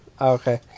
okay